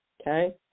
Okay